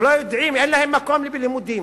שאין להם מקום לימודים.